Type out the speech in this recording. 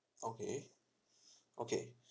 okay okay